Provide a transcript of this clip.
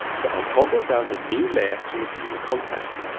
so i'll toggle down the new layer to reveal contents.